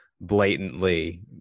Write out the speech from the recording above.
blatantly